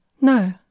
No